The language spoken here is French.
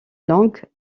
longues